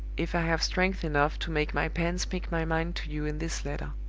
if i have strength enough to make my pen speak my mind to you in this letter.